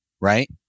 right